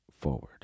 forward